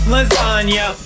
Lasagna